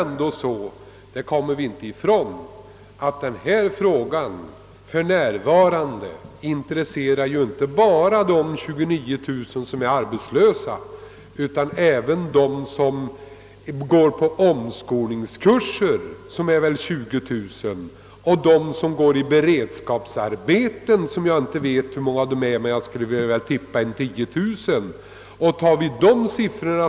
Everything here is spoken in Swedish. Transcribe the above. Vi kommer nämligen inte ifrån att den här frågan intresserar inte bara de 29000 arbetslösa utan även dem som går på omskolningskurser — kanske 20 000 — och dem som har beredskapsarbeten; jag vet inte hur många de är men skulle vilja gissa på 10 000.